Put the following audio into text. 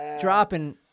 Dropping